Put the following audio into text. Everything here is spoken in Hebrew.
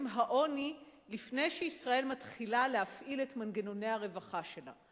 העוני לפני שישראל מתחילה להפעיל את מנגנוני הרווחה שלה.